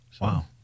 Wow